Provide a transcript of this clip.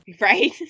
Right